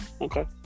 Okay